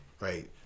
right